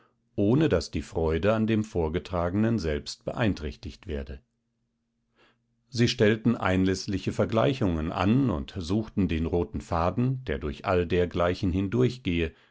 ohne daß die freude an dem vorgetragenen selbst beeinträchtigt werde sie stellten einläßliche vergleichungen an und suchten den roten faden der durch all dergleichen